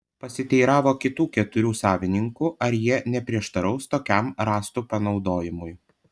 pasiteiravo kitų keturių savininkų ar jie neprieštaraus tokiam rąstų panaudojimui